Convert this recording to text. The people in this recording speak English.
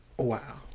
wow